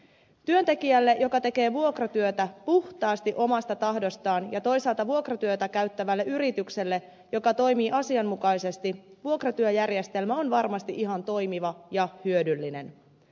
työntekijälle joka tekee vuokratyötä puhtaasti omasta tahdostaan ja toisaalta vuokratyötä käyttävälle yritykselle joka toimii asianmukaisesti vuokratyöjärjestelmä on varmasti ihan toimiva ja hyödyllinen